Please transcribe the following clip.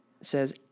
says